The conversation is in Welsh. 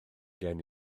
gen